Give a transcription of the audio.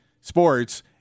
sports